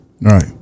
Right